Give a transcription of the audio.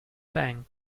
bang